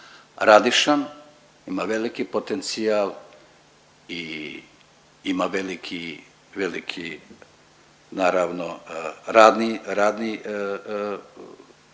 radišan, ima veliki potencijal i ima veliki, veliki naravno radni, radni